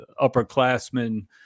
upperclassmen